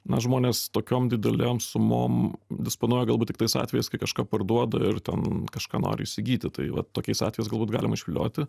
na žmonės tokiom didelėm sumom disponuoja galbūt tik tais atvejais kai kažką parduoda ir ten kažką nori įsigyti tai va tokiais atvejais galbūt galima išvilioti